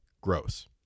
Gross